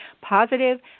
positive